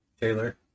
Taylor